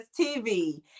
TV